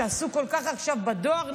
שעסוק כל כך עכשיו בדואר,